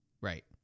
right